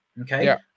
okay